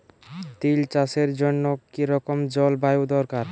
তিল চাষের জন্য কি রকম জলবায়ু দরকার?